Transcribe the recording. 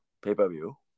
Pay-per-view